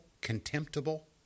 contemptible